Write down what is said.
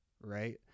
right